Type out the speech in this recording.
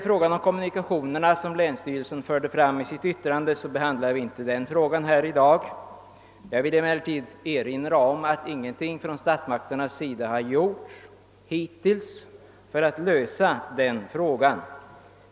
Frågan om kommunikationerna, som länsstyrelsen tog upp i sitt yttrande, har vi inte att behandla i dag. Jag vill emellertid erinra om att statsmakterna hittills inte gjort något för att lösa denna fråga.